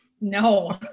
No